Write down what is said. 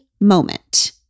moment